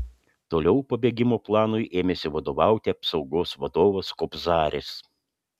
toliau pabėgimo planui ėmėsi vadovauti apsaugos vadovas kobzaris